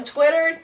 Twitter